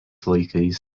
laikais